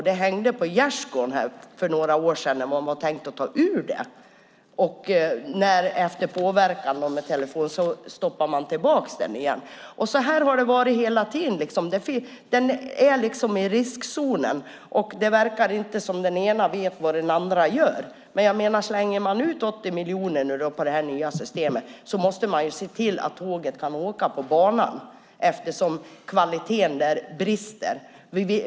Den hängde på gärdsgården för några år sedan när man tänkte ta bort banan som ett riksintresse. Efter påverkan tog man tillbaka det. Banan är hela tiden i riskzonen, och det verkar inte som om den ena vet vad den andra gör. Men om man slänger ut 80 miljoner på detta nya system måste man se till att tågen kan åka på banan eftersom kvaliteten på banan brister.